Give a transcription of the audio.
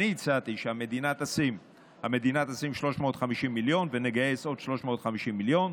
אני הצעתי שהמדינה תשים 350 מיליון ונגייס עוד 350 מיליון.